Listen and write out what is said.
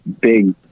big